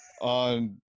on